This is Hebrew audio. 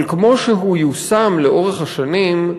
אבל כמו שהוא יושם לאורך השנים,